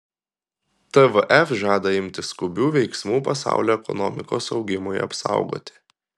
tvf žada imtis skubių veiksmų pasaulio ekonomikos augimui apsaugoti